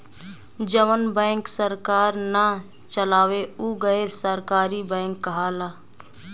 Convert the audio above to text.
जवन बैंक सरकार ना चलावे उ गैर सरकारी बैंक कहाला